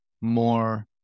more